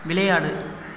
விளையாடு